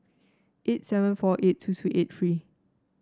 eight seven four eight two two eight three